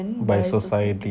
by society